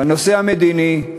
בנושא המדיני,